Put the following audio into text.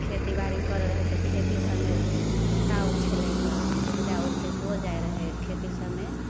खेतीबाड़ी करऽ रहै तऽ खेती सभमे तागत ओ छलैक उपजा ओते हो जाइ रहै खेती सभमे